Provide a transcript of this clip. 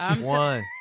one